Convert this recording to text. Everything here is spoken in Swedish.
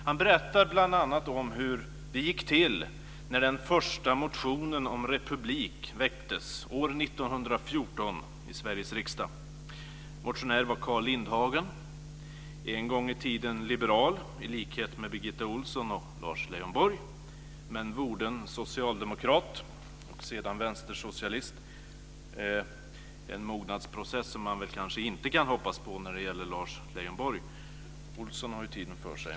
Han berättar bl.a. om hur det gick till när den första motionen om republik väcktes år 1914 i Sveriges riksdag. Motionär var Carl Lindhagen, en gång i tiden liberal i likhet med Birgitta Ohlsson och Lars Leijonborg, men vorden socialdemokrat och sedan vänstersocialist, en mognadsprocess som man väl kanske inte kan hoppas på när det gäller Lars Leijonborg. Ohlsson har ju tiden för sig.